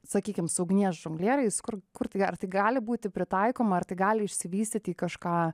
sakykim su ugnies žonglieriais kur kur tai ar tai gali būti pritaikoma ar tai gali išsivystyti į kažką